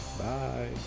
Bye